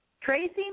Tracy